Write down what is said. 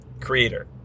creator